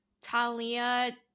Talia